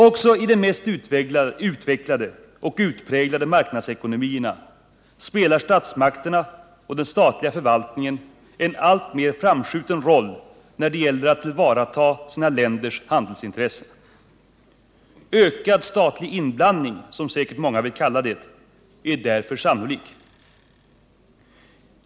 Också i de mest utvecklade och utpräglade marknadsekonomierna spelar statsmakterna och den statliga förvaltningen en alltmer framskjuten roll när det gäller att tillvarata sina länders handelsintressen. Ökad statlig inblandning — som många säkert vill kalla det - är därför sannolik.